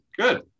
Good